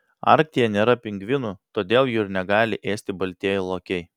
arktyje nėra pingvinų todėl jų ir negali ėsti baltieji lokiai